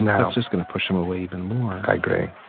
that's just going to push him away even more. i agree.